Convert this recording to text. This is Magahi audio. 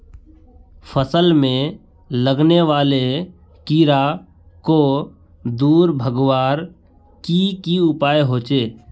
फसल में लगने वाले कीड़ा क दूर भगवार की की उपाय होचे?